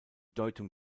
deutung